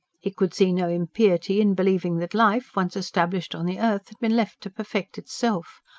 he could see no impiety in believing that life, once established on the earth, had been left to perfect itself.